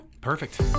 Perfect